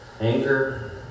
anger